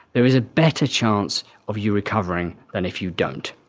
there is a better chance of you recovering than if you don't.